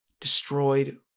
destroyed